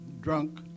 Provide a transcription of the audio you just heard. drunk